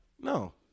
No